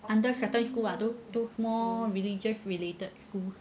under certain school lah those those more religious related schools